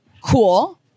cool